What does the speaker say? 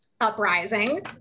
uprising